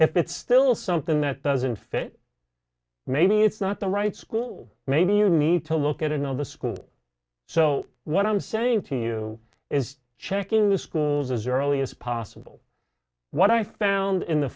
if it's still something that doesn't fit maybe it's not the right school maybe you need to look at another school so what i'm saying to you is checking the schools as early as possible what i found in the